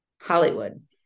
Hollywood